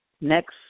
next